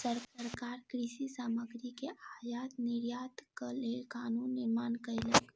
सरकार कृषि सामग्री के आयात निर्यातक लेल कानून निर्माण कयलक